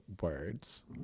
words